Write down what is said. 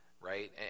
right